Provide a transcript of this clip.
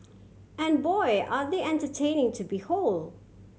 and boy are they entertaining to behold